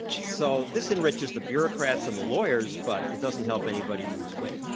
so this enriches the bureaucrats and the lawyers, but it doesn't help anybody lose weight.